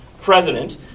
president